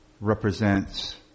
represents